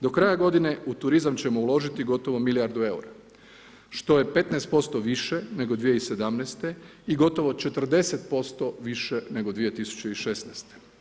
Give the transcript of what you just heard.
Do kraja godine u turizam ćemo uložiti gotovo milijardu eura što je 15% više nego 2017. i gotovo 40% više nego 2016.